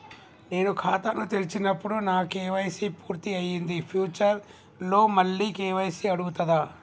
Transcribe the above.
నేను ఖాతాను తెరిచినప్పుడు నా కే.వై.సీ పూర్తి అయ్యింది ఫ్యూచర్ లో మళ్ళీ కే.వై.సీ అడుగుతదా?